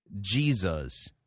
Jesus